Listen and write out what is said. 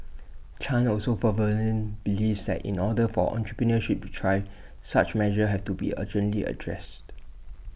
chan also believes that in order for entrepreneurship to thrive such measures have to be urgently addressed